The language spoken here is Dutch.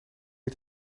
het